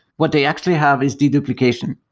what they actually have is deduplication.